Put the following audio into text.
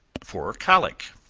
for colic.